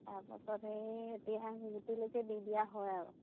তাৰপাছত সেই এতিয়া সি গুটিলৈকে দি দিয়া হয় আৰু